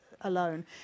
alone